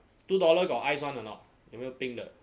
two dollar got ice [one] or not 有没有冰的